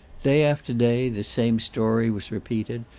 day after day this same story was repeated,